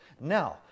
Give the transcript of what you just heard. Now